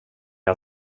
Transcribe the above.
jag